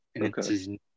Okay